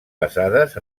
basades